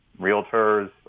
realtors